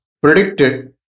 predicted